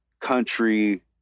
country